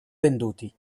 venduti